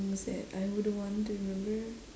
things that I wouldn't want to remember